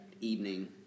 evening